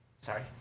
Sorry